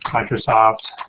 microsoft